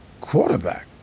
quarterback